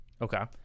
okay